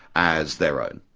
as their own,